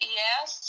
yes